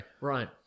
Right